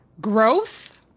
growth